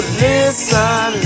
listen